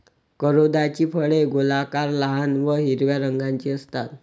करोंदाची फळे गोलाकार, लहान व हिरव्या रंगाची असतात